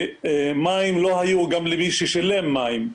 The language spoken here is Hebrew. מים לא היו גם למי ששילם מים.